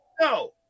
No